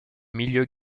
milieu